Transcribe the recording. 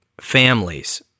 families